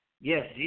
yes